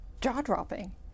jaw-dropping